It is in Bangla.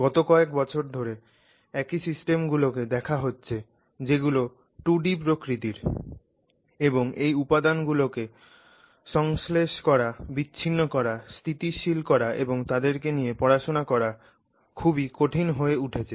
গত কয়েক বছর ধরে একই সিস্টেমগুলোকে দেখা হচ্ছে যেগুলো 2 ডি প্রকৃতির এবং এই উপাদান গুলোকে সংশ্লেষ করা বিছিন্ন করা স্থিতিশীল করা এবং তাদের কে নিয়ে পড়াশুনা করা খুবই কঠিন হয়ে উঠছে